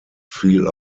fiel